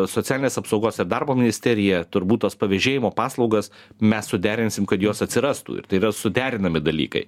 socialinės apsaugos ir darbo ministerija turbūt tas pavėžėjimo paslaugas mes suderinsim kad jos atsirastų ir tai yra suderinami dalykai